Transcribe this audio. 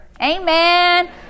Amen